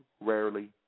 rarely